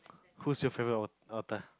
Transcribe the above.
whose your favourite author